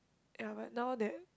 ya but now that